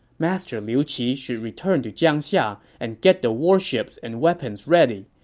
master liu qi should return to jiangxia and get the warships and weapons ready.